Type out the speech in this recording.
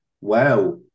wow